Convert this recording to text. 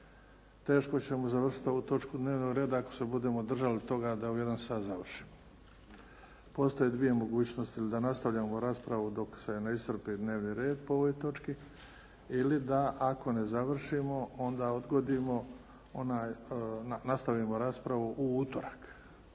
Teško ćemo završiti ovu točku dnevnog reda ako se budemo držali toga da u 13 sati završimo. Postoje dvije mogućnosti, ili da nastavljamo raspravu dok se ne iscrpi dnevni red po ovoj točki ili da ako ne završimo onda odgodimo, nastavimo raspravu u utorak